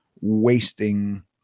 wasting